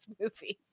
movies